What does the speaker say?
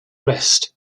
rest